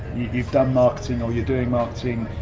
you've done marketing, or you're doing marketing.